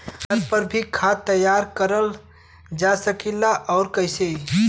घर पर भी खाद तैयार करल जा सकेला और कैसे?